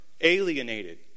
alienated